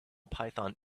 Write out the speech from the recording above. python